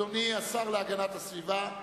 אדוני השר להגנת הסביבה,